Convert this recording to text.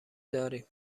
داریم